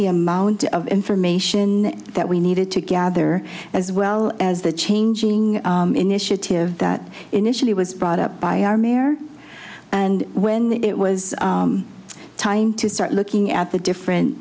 the amount of information that we needed to gather as well as the changing initiative that initially was brought up by our mare and when it was time to start looking at the different